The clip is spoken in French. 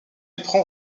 éperon